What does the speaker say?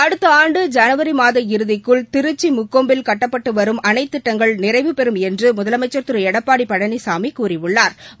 அடுத்த ஆண்டு ஜனவரி மாத இறுதிக்குள் திருச்சி முக்கொம்பில் கட்டப்பட்டு வரும் அணைத்திட்டங்கள் நிறைவு பெறும் என்று முதலமைச்சா் திரு எடப்பாடி பழனிசாமி கூறியுள்ளாா்